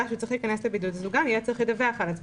שהוא צריך להיכנס לבידוד והוא יהיה צריך לדווח על כך.